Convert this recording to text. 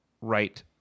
right